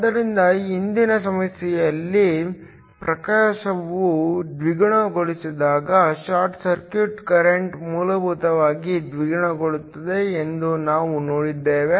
ಆದ್ದರಿಂದ ಹಿಂದಿನ ಸಮಸ್ಯೆಯಲ್ಲಿ ಪ್ರಕಾಶವನ್ನು ದ್ವಿಗುಣಗೊಳಿಸಿದಾಗ ಶಾರ್ಟ್ ಸರ್ಕ್ಯೂಟ್ ಕರೆಂಟ್ ಮೂಲಭೂತವಾಗಿ ದ್ವಿಗುಣಗೊಳ್ಳುತ್ತದೆ ಎಂದು ನಾವು ನೋಡಿದ್ದೇವೆ